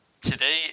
Today